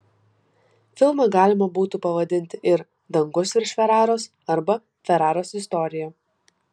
filmą galima būtų pavadinti ir dangus virš feraros arba feraros istorija